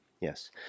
Yes